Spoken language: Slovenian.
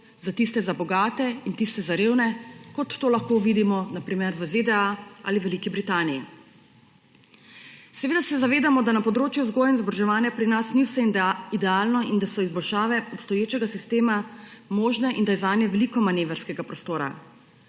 tiste za bogate in tise za revne, kot to lahko vidimo, na primer, v ZDA ali Veliki Britaniji. Seveda se zavedamo, da na področju vzgoje in izobraževanja pri nas ni vse idealno in da so izboljšave obstoječega sistema možne in da je zanje veliko manevrskega prostora.